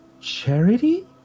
Charity